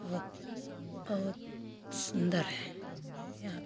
बहुत बहुत सुन्दर है यहाँ पर